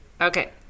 Okay